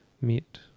meet